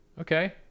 Okay